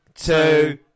Two